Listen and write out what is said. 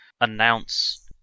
announce